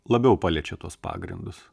labiau paliečia tuos pagrindus